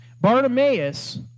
Bartimaeus